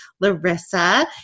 Larissa